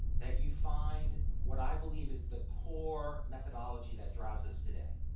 that you find, what i believe, is the core methodology that drives us today.